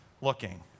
looking